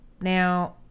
Now